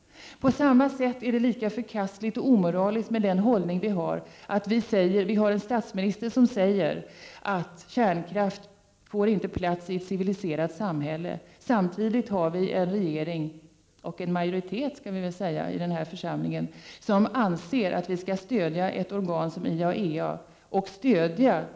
Det är på samma sätt lika förkastligt och omoraliskt med den hållning vi har när vi har en statsminister, som säger att kärnkraft inte får plats i ett civiliserat samhälle, och samtidigt har en regering, och en majoritet i denna församling, som anser att vi skall stödja IAEA och det organets arbete.